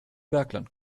bergland